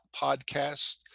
podcast